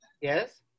yes